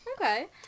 Okay